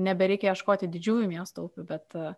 nebereikia ieškoti didžiųjų miestų upių bet